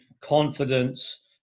confidence